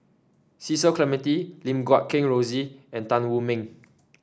Cecil Clementi Lim Guat Kheng Rosie and Tan Wu Meng